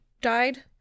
died